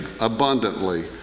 abundantly